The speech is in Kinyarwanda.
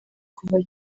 kuva